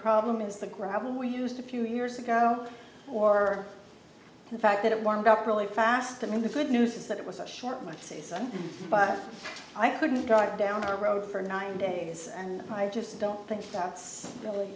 problem is the gravel we used a few years ago or the fact that it warmed up really fast and the good news is that it was a short much season i couldn't drive down the road for nine days and i just don't think that's really